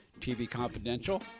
tvconfidential